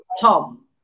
Tom